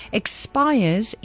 expires